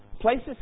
places